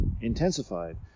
intensified